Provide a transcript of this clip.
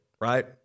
right